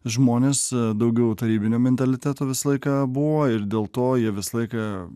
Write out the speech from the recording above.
žmonės daugiau tarybinio mentaliteto visą laiką buvo ir dėl to jie visą laiką